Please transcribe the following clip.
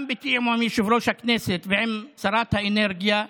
גם בתיאום עם יושב-ראש הכנסת ועם שרת האנרגיה קארין,